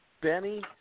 Benny